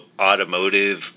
automotive